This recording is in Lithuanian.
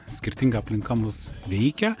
skirtinga aplinka mus veikia